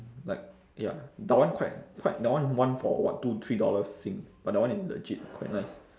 like ya that one quite quite that one one for what two three dollars sing but that one is legit quite nice